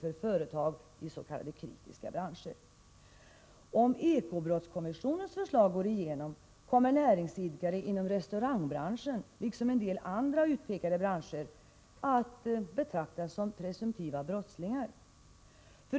för företag i s.k. kritiska branscher. Om ekobrottskommissionens förslag går igenom kommer näringsidkare inom restaurangbranschen — liksom en del andra branscher — att betraktas som presumtiva brottslingar.